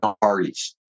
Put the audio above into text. parties